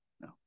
No